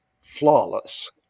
flawless